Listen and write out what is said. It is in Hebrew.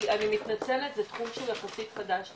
אני מתנצלת זה תחום שהוא יחסית לי .